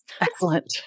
Excellent